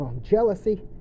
jealousy